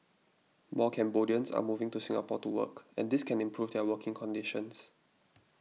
more Cambodians are moving to Singapore to work and this can improve their working conditions